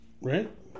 Right